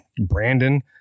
Brandon